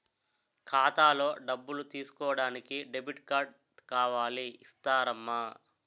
ఖాతాలో డబ్బులు తీసుకోడానికి డెబిట్ కార్డు కావాలి ఇస్తారమ్మా